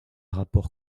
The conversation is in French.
rapport